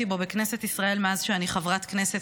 בו בכנסת ישראל מאז שאני חברת כנסת.